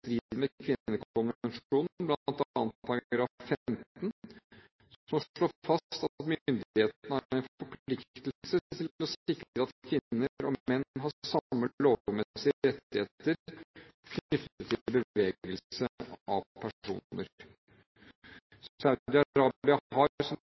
15, som slår fast at myndighetene har en forpliktelse til å sikre at kvinner og menn har samme lovmessige rettigheter knyttet til bevegelse av personer.